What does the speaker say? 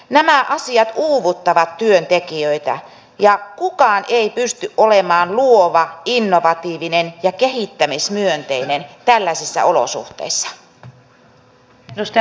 nämä asiat uuvuttavat työntekijöitä ja kukaan ei pysty olemaan luova innovatiivinen ja kehittämismyönteinen tällaisissa olosuhteissa